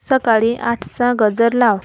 सकाळी आठचा गजर लाव